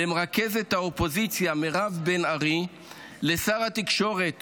למרכזת האופוזיציה מירב בן ארי ולשר התקשורת